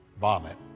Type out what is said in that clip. vomit